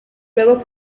luego